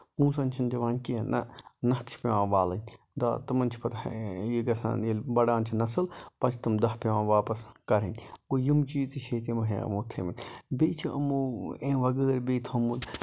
پوٚنسَن چھِنہٕ دِوان کیٚنہہ نہ نَکھٕ چھِ پیوان والٕنۍ تہٕ تِمَن چھُ پَتہٕ یہِ گژھان ییٚلہِ بَڑان چھِ نَسٕل پَتہٕ چھِ تٕم دہ پیوان واپَس کرٕنۍ گوٚو یِم چیٖز تہِ چھِ ییٚتہِ یِمَو تھٲومٕتۍ بیٚیہِ یِمو اَمہِ بغٲر بیٚیہِ تھوومُت